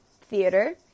theater